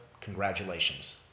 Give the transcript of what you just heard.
congratulations